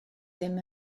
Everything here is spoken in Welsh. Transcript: ddim